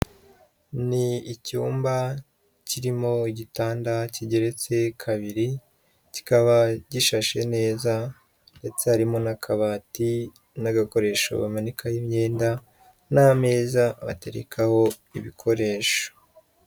Ni icyumba kirimo igitanda kigeretse kabiri, kikaba gishashe neza ndetse harimo n'akabati, n'agakoresho bamanikaho imyenda, n'ameza baterekaho ibikoresho.